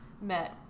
met